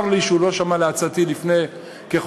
צר לי שהוא לא שמע לעצתי לפני חודשיים-שלושה.